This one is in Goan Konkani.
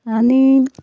आनी